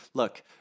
Look